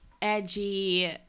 edgy